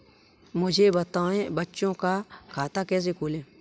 मुझे बताएँ बच्चों का खाता कैसे खोलें?